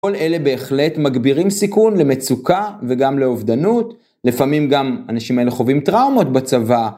כל אלה בהחלט מגבירים סיכון למצוקה וגם לאובדנות. לפעמים גם אנשים אלה חווים טראומות בצבא.